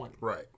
Right